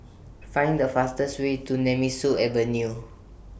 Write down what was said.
Find The fastest Way to Nemesu Avenue